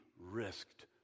risked